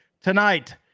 tonight